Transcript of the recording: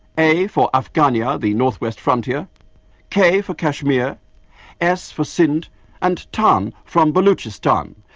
a for afghania, the north-west frontier k for kashmir s for sind and tan from baluchistan.